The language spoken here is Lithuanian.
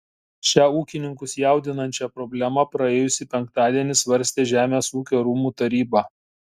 šią ūkininkus jaudinančią problemą praėjusį penktadienį svarstė žemės ūkio rūmų taryba